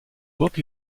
book